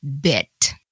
bit